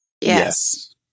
Yes